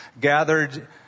gathered